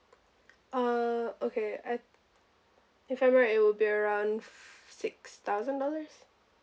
uh okay I if I'm right it would be around f~ six thousand dollars